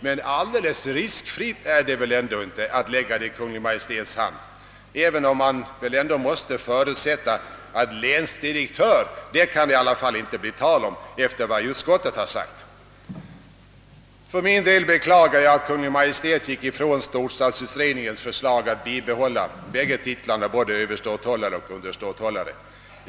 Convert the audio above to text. Men alldeles riskfritt är det väl knappast att lägga detta i Kungl. Maj:ts hand, även om man väl måste förutsätta att det i alla fall inte kan bli tal om titeln länsdirektör, efter vad utskottet har sagt. För min del beklagar jag att Kungl. Maj:t gick ifrån storstadsutredningens förslag att bibehålla bägge titlarna — överståthållare och underståthållare.